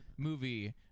movie